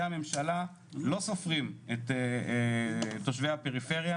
הממשלה לא סופרים את תושבי הפריפריה,